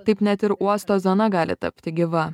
taip net ir uosto zona gali tapti gyva